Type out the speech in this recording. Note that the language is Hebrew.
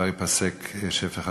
ייפסק כבר שפך הדמים.